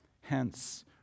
Hence